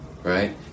Right